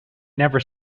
never